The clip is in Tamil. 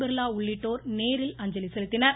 பிர்லா உள்ளிட்டோர் நேரில் அஞ்சலி செலுத்தினர்